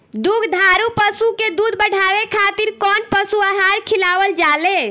दुग्धारू पशु के दुध बढ़ावे खातिर कौन पशु आहार खिलावल जाले?